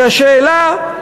היא השאלה,